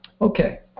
okay